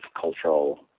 cultural